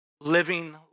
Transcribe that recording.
living